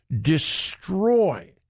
destroy